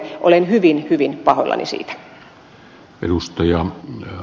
olen hyvin hyvin pahoillani siitä